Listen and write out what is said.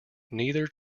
neither